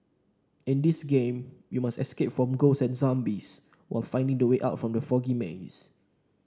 in this game you must escape from ghosts and zombies while finding the way out from the foggy maze